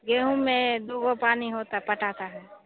गेहूँ में दू गो पानी होता पटाता है